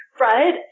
right